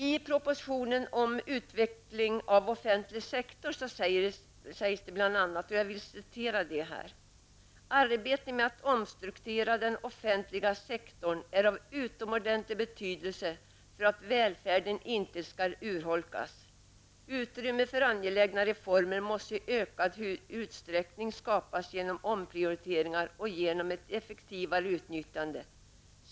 I propositionen om utveckling av offentlig sektor sägs bl.a.: Arbetet med att omstrukturera den offentliga sektorn är av utomordentlig betydelse för att välfärden inte skall urholkas. Utrymme för angelägna reformer måste i ökad utsträckning skapas genom omprioriteringar och genom ett effektivare utnyttjande.